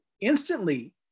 Instantly